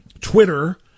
Twitter